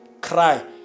cry